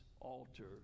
altar